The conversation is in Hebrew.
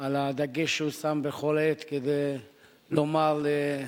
על הדגש שהוא שם בכל עת כדי לומר למיעוטים